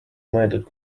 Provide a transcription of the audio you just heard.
mõeldud